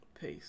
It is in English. Peace